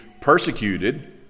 persecuted